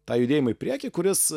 tą judėjimą priekį kuris